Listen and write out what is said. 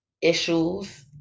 issues